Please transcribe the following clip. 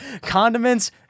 condiments